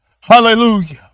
hallelujah